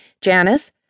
Janice